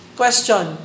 question